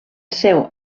seu